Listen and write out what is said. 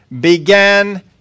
began